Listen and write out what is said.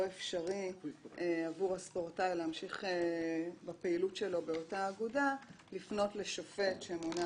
אפשרי עבור הספורטאי להמשיך בפעילות שלו באותה אגודה לפנות לשופט שמונה